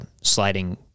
sliding